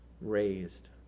raised